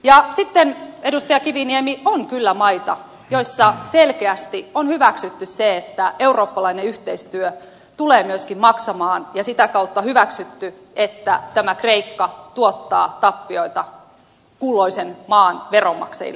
ja sitten edustaja kiviniemi on kyllä maita joissa selkeästi on hyväksytty se että eurooppalainen yhteistyö tulee myöskin maksamaan ja sitä kautta hyväksytty että tämä kreikka tuottaa tappioita kulloisen maan veronmaksajille